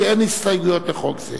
כי אין הסתייגויות לחוק זה.